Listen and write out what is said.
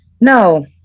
no